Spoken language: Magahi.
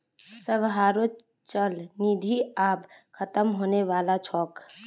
सबहारो चल निधि आब ख़तम होने बला छोक